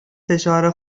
فشار